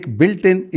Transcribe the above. built-in